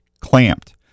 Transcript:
clamped